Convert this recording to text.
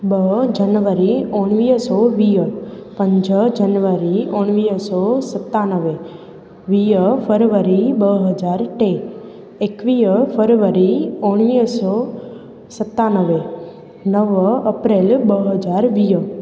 ॿ जनवरी उणिवीह सौ वीह पंज जनवरी उणिवीह सौ सतानवे वीह फरवरी ॿ हज़ार टे एकवीह फरवरी उणिवीह सौ सतानवे नव अप्रेल ॿ हज़ार वीह